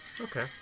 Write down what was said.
Okay